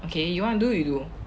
okay you want to do you do